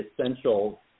essential